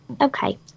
Okay